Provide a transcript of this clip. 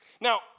Now